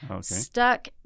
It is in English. stuck